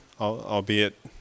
albeit